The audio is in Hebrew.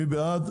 מי בעד?